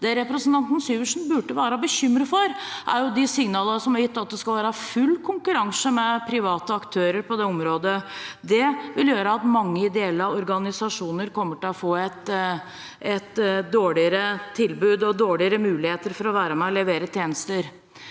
Det representanten Syversen burde være bekymret for, er de signalene som er gitt om at det skal være full konkurranse med private aktører på det området. Det vil gjøre at mange ideelle organisasjoner kommer til å få et dårligere tilbud og dårligere muligheter for å være med og levere tjenester.